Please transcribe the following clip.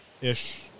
ish